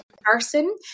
person